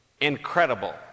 Incredible